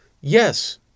yes